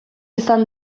izan